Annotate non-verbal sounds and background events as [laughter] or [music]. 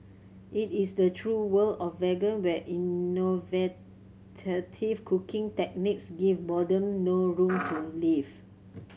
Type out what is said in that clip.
it is the true world of vegan where [unintelligible] cooking techniques give boredom no room to live